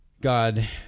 God